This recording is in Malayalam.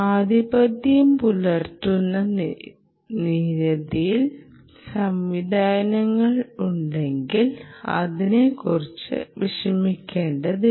ആധിപത്യം പുലർത്തുന്ന നിരവധി സംഭവങ്ങളുണ്ടെങ്കിൽ അതിനെക്കുറിച്ച് വിഷമിക്കേണ്ടതില്ല